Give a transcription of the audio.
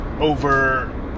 over